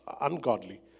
ungodly